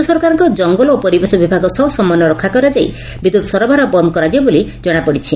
ରାଜ୍ୟ ସରକାରଙ୍କ କଙ୍ଗଲ ଓ ପରିବେଶ ବିଭାଗ ସହ ସମନ୍ତୟ ରଖାଯାଇ ବିଦ୍ୟତ୍ ସରବରାହ ବନ୍ଦ କରାଯିବ ବୋଲି ଜଶାପଡ଼ିଛି